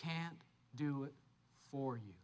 can't do it for you